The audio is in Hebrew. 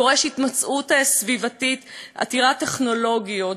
זה דורש התמצאות סביבתית עתירת טכנולוגיות,